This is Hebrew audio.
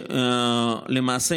למעשה,